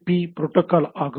B protocol ஆகும்